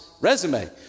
resume